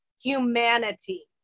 humanity